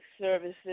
services